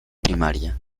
primaria